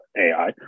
AI